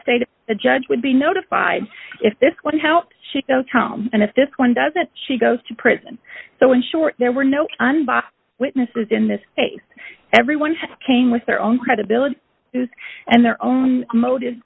stated the judge would be notified if this how she goes home and if this one doesn't she goes to prison so in short there were no unbiased witnesses in this case everyone who came with their own credibility and their own motive